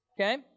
Okay